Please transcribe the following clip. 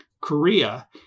Korea